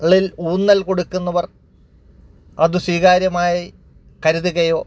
കളിൽ ഊന്നൽ കൊടുക്കുന്നവർ അത് സ്വീകാര്യമായി കരുതുകയോ